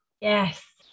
yes